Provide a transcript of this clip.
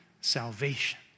Salvation